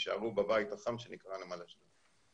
יישארו בבית החם שנקרא נמל אשדוד.